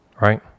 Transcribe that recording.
right